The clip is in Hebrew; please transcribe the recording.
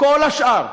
וכל השאר,